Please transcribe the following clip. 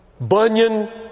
Bunyan